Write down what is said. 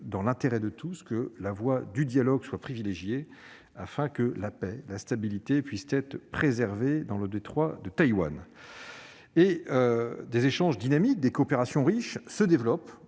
dans l'intérêt de tous que la voie du dialogue soit privilégiée, afin que la paix et la stabilité puissent être préservées dans le détroit de Taïwan. Des échanges dynamiques, des coopérations riches se développent